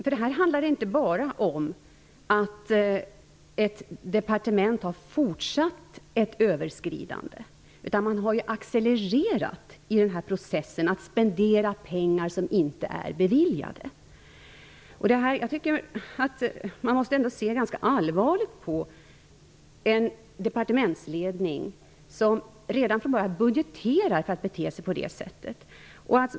Det här handlar inte bara om att ett departement har fortsatt ett överskridande, utan man har accelererat i processen att spendera pengar som inte är beviljade. Man måste ändå se ganska allvarligt på en departementsledning som redan från början budgeterar för att bete sig på det sättet.